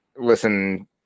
listen